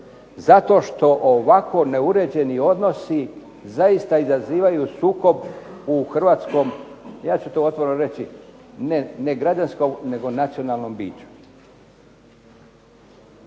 Zato što ovako neuređeni odnosi zaista izazivaju sukob u hrvatskom, ja ću to otvoreno reći, ne građanskom nego nacionalnom biću.